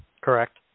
Correct